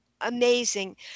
amazing